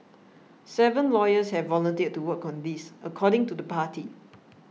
seven lawyers have volunteered to work on this according to the party